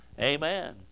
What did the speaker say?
Amen